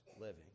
living